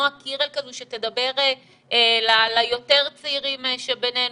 נועה קירל כזו שתדבר ליותר צעירים שבינינו,